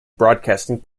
broadcasting